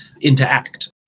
interact